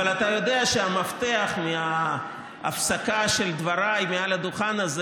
אבל אתה יודע שהמפתח להפסקה של דבריי מעל הדוכן הזה